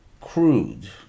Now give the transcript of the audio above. crude